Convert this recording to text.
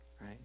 Right